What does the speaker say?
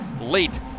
Late